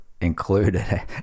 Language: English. included